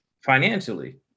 financially